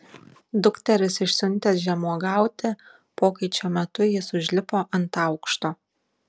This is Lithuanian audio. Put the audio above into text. dukteris išsiuntęs žemuogiauti pokaičio metu jis užlipo ant aukšto